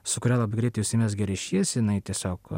su kuria labai greitai užsimezgė ryšys jinai tiesiog